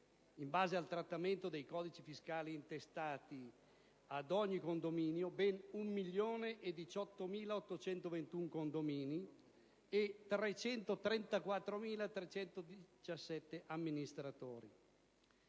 in base al trattamento dei codici fiscali intestati ad ogni condominio, ben 1.018.821 condomini e 334.317 amministratori.